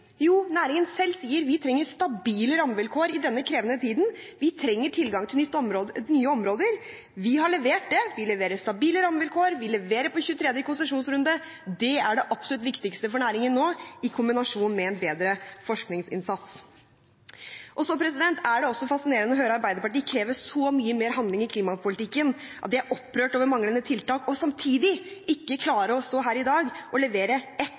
Næringen sier at de trenger stabile rammevilkår i denne krevende tiden, og de trenger tilgang til nye områder. Vi har levert det: Vi leverer stabile rammevilkår, og vi leverer når det gjelder 23. konsesjonsrunde. Det er det absolutt viktigste for næringen nå, i kombinasjon med en bedre forskningsinnsats. Det er også fascinerende å høre Arbeiderpartiet kreve så mye mer handling i klimapolitikken, og de er opprørt over manglende tiltak, samtidig som de ikke klarer å stå her i dag og levere ett